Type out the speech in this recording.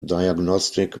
diagnostic